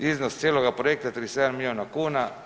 Iznos cijeloga projekta je 37 miliona kuna.